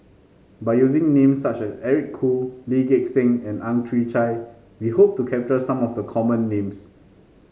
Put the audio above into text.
by using names such as Eric Khoo Lee Gek Seng and Ang Chwee Chai we hope to capture some of the common names